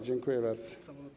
Dziękuję bardzo.